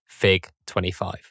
FIG25